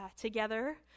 together